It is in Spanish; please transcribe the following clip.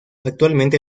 actualmente